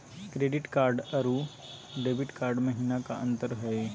Credit card अरू debit card महिना का अंतर हई?